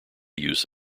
use